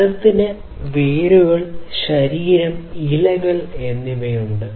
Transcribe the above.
മരത്തിന് വേരുകൾ ശരീരം ഇലകൾ എന്നിവയുണ്ട്